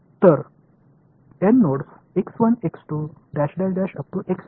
तर N nodes